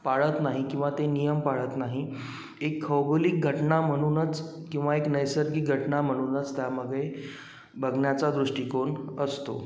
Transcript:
पाळत नाही किंवा ते नियम पाळत नाही एक खौगोलिक घटना म्हणूनच किंवा एक नैसर्गिक घटना म्हणूनच त्यामागे बघण्याचा दृष्टिकोन असतो